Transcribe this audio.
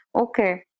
okay